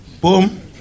Boom